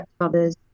others